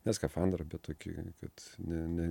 ne skafandrą bet kokį kad ne ne